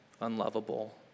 unlovable